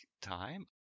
time